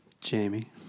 Jamie